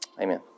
Amen